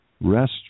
rest